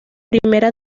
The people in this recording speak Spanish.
primera